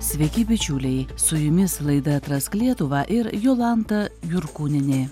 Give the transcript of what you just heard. sveiki bičiuliai su jumis laida atrask lietuvą ir jolanta jurkūnienė